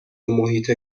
محیط